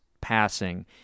passing